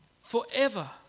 forever